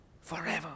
forever